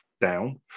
down